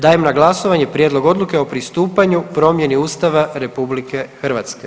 Dajem na glasovanje Prijedlog Odluke o pristupanju promjeni Ustava RH.